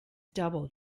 double